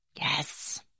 Yes